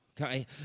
okay